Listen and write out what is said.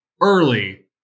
early